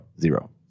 Zero